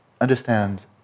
understand